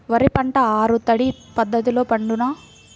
వరి పంట ఆరు తడి పద్ధతిలో పండునా?